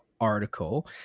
article